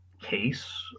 case